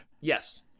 Yes